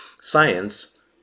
science